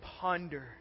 ponder